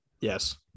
Yes